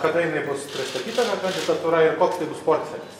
kada jinai bus pristatyta ta kandidatūra ir koks tai bus portfelis